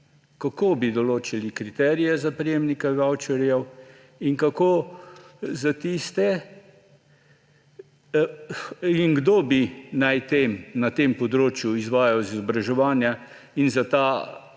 Kako bi določili kriterije za prejemnike vavčerjev in kako za tiste, ki bi na tem področju izvajali izobraževanja in za ta